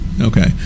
Okay